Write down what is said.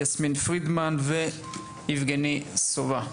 יסמין פרידמן ויבגני סובה,